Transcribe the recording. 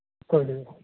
ᱦᱮᱸ ᱦᱮᱸ